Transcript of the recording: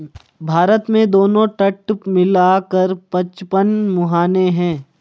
भारत में दोनों तट मिला कर पचपन मुहाने हैं